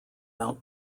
mount